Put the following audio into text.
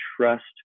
trust